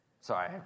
Sorry